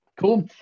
Cool